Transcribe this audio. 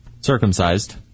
circumcised